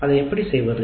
அதை எப்படி செய்வது